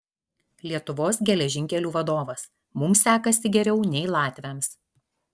lietuvos geležinkelių vadovas mums sekasi geriau nei latviams